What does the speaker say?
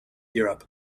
europe